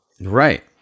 right